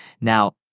Now